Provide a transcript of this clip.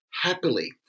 happily